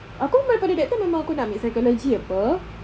aku pada that time memang aku nak ambil psychology apa